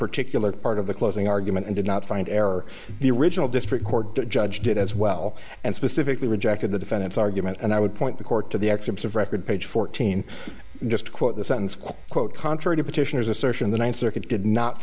particular part of the closing argument and did not find error the original district court judge did as well and specifically rejected the defendant's argument and i would point to court to the excerpts of record page fourteen just quote the sentence quote contrary to petitioners assertion the th circuit did not